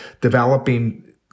developing